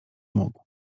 mógł